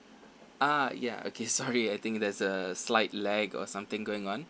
ah ya okay sorry I think there's a slight lag or something going on